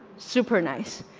super nice.